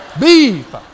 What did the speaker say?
beef